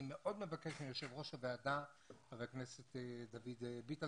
אני מאוד מבקש מיושב ראש הוועדה חבר הכנסת דוד ביטן